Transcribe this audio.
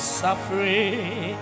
suffering